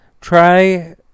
try